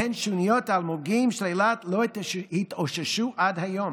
שמהן שוניות האלמוגים של אילת לא התאוששו עד היום.